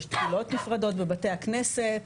יש תפילות נפרדות בבתי הכנסת,